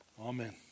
Amen